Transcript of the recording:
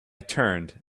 turned